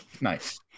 Nice